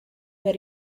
per